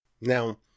Now